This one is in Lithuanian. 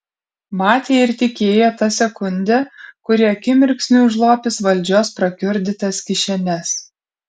matė ir tikėjo ta sekunde kuri akimirksniu užlopys valdžios prakiurdytas kišenes